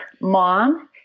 mom